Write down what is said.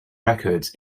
records